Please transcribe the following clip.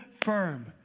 firm